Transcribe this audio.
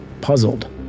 puzzled